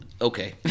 okay